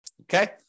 okay